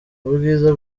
ubwiza